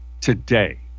today